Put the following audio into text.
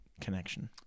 connection